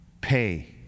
Pay